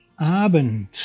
Abend